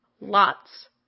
lots